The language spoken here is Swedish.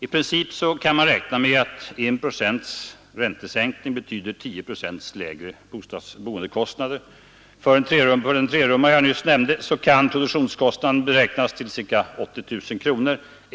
I princip kan man räkna med att en procents räntesänkning betyder 10 procent lägre boendekostnader. För den trerummare jag nyss nämnde kan produktionskostnaden beräknas till ca 80000 kronor.